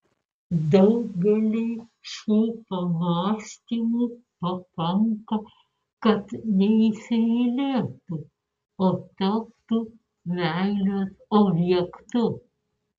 daugeliui šių pamąstymų pakanka kad neįsimylėtų o taptų meilės objektu